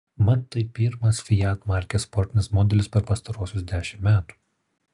mat tai pirmas fiat markės sportinis modelis per pastaruosius dešimt metų